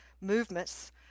movements